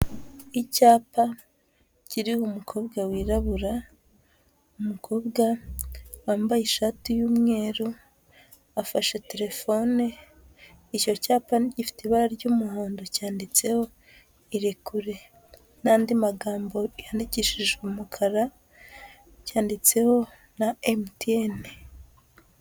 Icyapa kiriho umukobwa wirabura, umukobwa wambaye ishati y'umweru, afashe telefone, icyo cyapa gifite ibara ry'umuhondo, cyanditseho irekure n'andi magambo yandikishije umukara, cyanditseho na MTN.